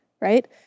right